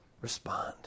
respond